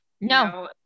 No